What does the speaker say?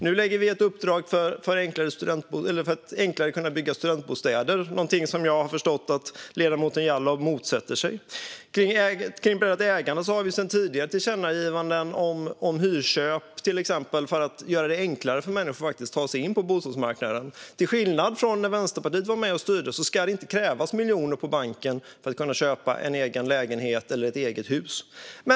Nu ger vi ett uppdrag för att enklare kunna bygga studentbostäder, något som jag har förstått att ledamoten Jallow motsätter sig. Det andra är ägandet, där vi sedan tidigare har tillkännagivanden om till exempel hyrköp, för att göra det enklare för människor att ta sig in på bostadsmarknaden. Till skillnad från när Vänsterpartiet var med och styrde ska det inte krävas miljoner på banken för att kunna köpa en egen lägenhet eller ett eget hus.